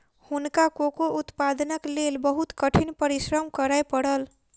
हुनका कोको उत्पादनक लेल बहुत कठिन परिश्रम करय पड़ल